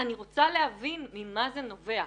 אני רוצה להבין ממה זה נובע.